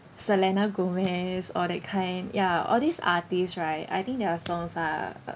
selena gomez or that kind ya all this artist right I think their songs are